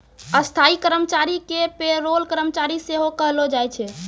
स्थायी कर्मचारी के पे रोल कर्मचारी सेहो कहलो जाय छै